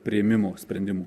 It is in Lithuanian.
priėmimo sprendimų